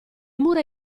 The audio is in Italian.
mura